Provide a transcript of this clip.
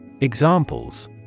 Examples